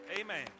amen